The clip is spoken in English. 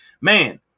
man